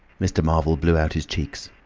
mr. marvel blew out his cheeks.